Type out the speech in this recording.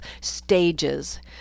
stages